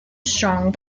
strong